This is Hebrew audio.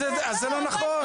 אז זה לא נכון,